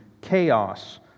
Chaos